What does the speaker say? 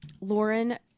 Lauren